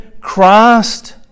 Christ